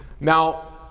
now